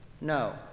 No